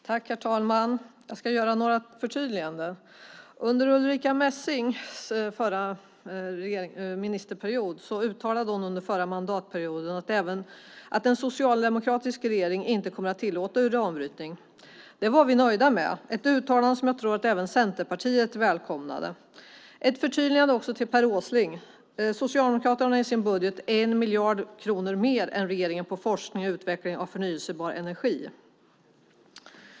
Herr talman! Jag ska göra några förtydliganden. Under Ulrica Messings tid som minister under förra mandatperioden uttalade hon att en socialdemokratisk regering inte kommer att tillåta uranbrytning. Det var vi nöjda med. Det var ett uttalande som jag tror att även Centerpartiet välkomnade. Jag ska också göra ett förtydligande till Per Åsling. Socialdemokraterna har i sin budget 1 miljard kronor mer än regeringen för forskning och utveckling av förnybar energi.